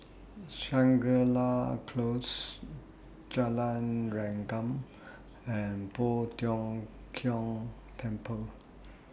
Shangri La Close Jalan Rengkam and Poh Tiong Kiong Temple